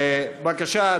בבקשה,